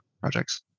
projects